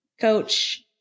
coach